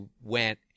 went